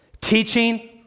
Teaching